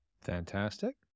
Fantastic